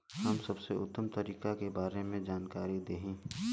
हम सबके उत्तम तरीका के बारे में जानकारी देही?